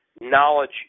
knowledge